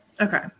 Okay